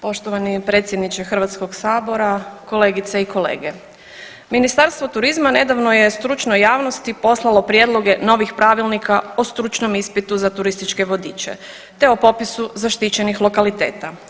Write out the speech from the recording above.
Poštovani predsjedniče Hrvatskog sabora, kolegice i kolege, Ministarstvo turizma nedavno je stručnoj javnosti poslalo prijedloge novih pravilnika o stručnom ispitu za turističke vodiče te o popisu zaštićenih lokaliteta.